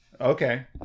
okay